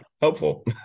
helpful